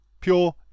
Pure